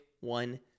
one